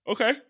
Okay